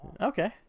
okay